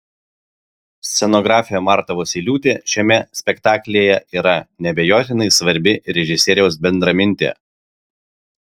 scenografė marta vosyliūtė šiame spektaklyje yra neabejotinai svarbi režisieriaus bendramintė